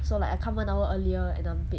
so like I come one hour earlier and I'm paid